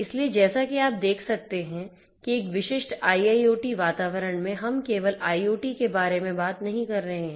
इसलिए जैसा कि आप देख सकते हैं कि एक विशिष्ट IIoT वातावरण में हम केवल IoT के बारे में बात नहीं कर रहे हैं